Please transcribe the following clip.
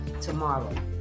tomorrow